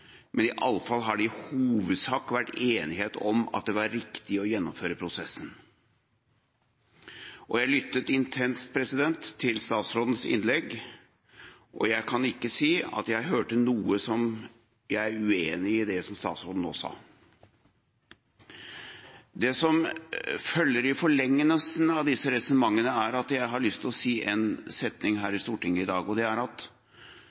men det har iallfall i hovedsak vært enighet om at det var riktig å gjennomføre prosessen. Jeg lyttet intenst til statsrådens innlegg, og jeg kan ikke si at jeg hørte noe jeg er uenig i av det statsråden nå sa. I forlengelsen av disse resonnementene har jeg lyst til å si en setning her i Stortinget i dag, og det er at